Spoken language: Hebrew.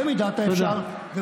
במידת האפשר.